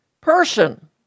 person